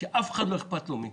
שאף אחד לא אכפת לו,